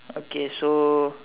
okay so